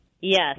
Yes